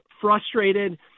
frustrated